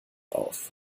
auf